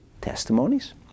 testimonies